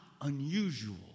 unusual